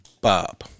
Bob